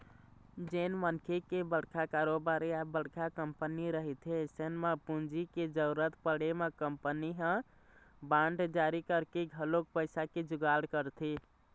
जेन मनखे के बड़का कारोबार या बड़का कंपनी रहिथे अइसन म पूंजी के जरुरत पड़े म कंपनी ह बांड जारी करके घलोक पइसा के जुगाड़ करथे